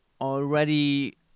already